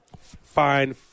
fine